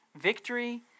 victory